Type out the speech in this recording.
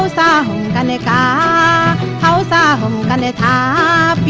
ah da and da da and da